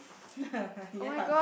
ya